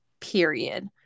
period